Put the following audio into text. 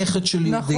נכד של יהודי.